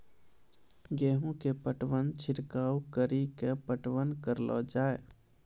गेहूँ के पटवन छिड़काव कड़ी के पटवन करलो जाय?